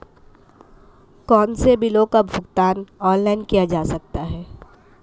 कौनसे बिलों का भुगतान ऑनलाइन किया जा सकता है?